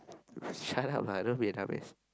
shut up lah don't be a dumbass